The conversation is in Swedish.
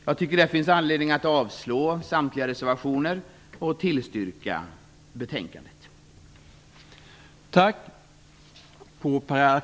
Jag tycker att det finns anledning att avslå samtliga reservationer och tillstyrker utskottets hemställan.